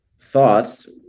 thoughts